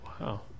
Wow